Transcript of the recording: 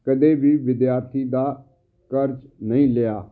ਕਦੇ ਵੀ ਵਿਦਿਆਰਥੀ ਦਾ ਕਰਜ਼ ਨਹੀਂ ਲਿਆ